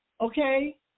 okay